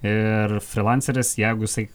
ir frylanceris jeigu jisai